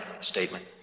statement